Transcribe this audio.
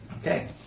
Okay